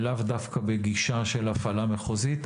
ולאו דווקא בגישה של הפעלה מחוזית.